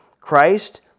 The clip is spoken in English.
Christ